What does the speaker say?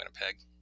winnipeg